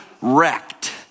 wrecked